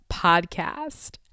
podcast